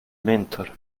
mentor